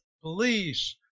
police